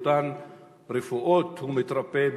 באותן רפואות הוא מתרפא,